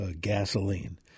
gasoline